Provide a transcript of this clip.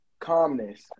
calmness